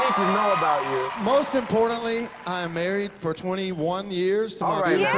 know about you. most importantly, i am married for twenty one years. alright,